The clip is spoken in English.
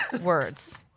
words